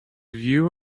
view